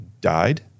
died